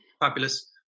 fabulous